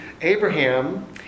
Abraham